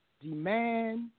demand